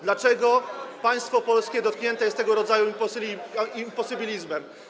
Dlaczego państwo polskie dotknięte jest tego rodzaju imposybilizmem?